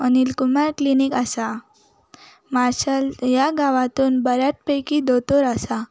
Anil Kumar clinic आसा मार्सेल ह्या गावांत दोन बऱ्यात पैकी दोतोर आसा